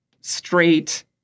straight